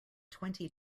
twenty